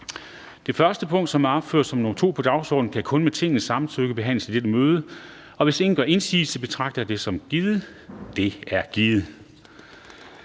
Det punkt, som er opført som nr. 2 på dagsordenen, kan kun med Tingets samtykke behandles i dette møde. Hvis ingen gør indsigelse, betragter jeg samtykket som givet. Det er givet.